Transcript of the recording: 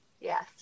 Yes